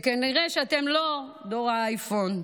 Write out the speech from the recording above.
וכנראה שאתם לא דור האייפון.